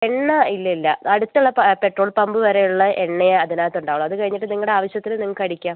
എണ്ണ ഇല്ലയില്ല അടുത്തുള്ള പെട്രോൾ പമ്പ് വരെയുള്ള എണ്ണയേ അതിനകത്ത് ഉണ്ടാവുള്ളൂ അതുകഴിഞ്ഞിട്ട് നിങ്ങളുടെ ആവശ്യത്തിന് നിങ്ങൾക്ക് അടിക്കാം